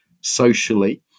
socially